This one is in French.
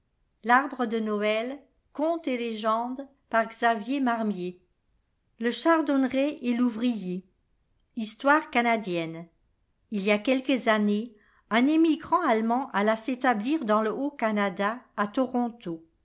le chardonneret et l'ouvrier histoire canadienne il y a quelques années un émigrant allemand alla s'établir dans le haut canada à toronto